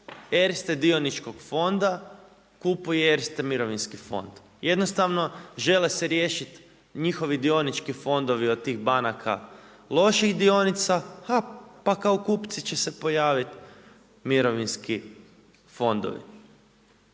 Erste dioničkog fonda kupuje Erste mirovinski fond. Jednostavno žele se riješiti njihovi dionički fondovi od tih banaka loših dionica a, pa kao kupci će se pojaviti mirovinski fondovi.